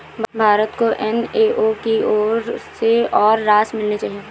भारत को एफ.ए.ओ की ओर से और राशि मिलनी चाहिए